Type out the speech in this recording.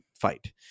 fight